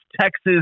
Texas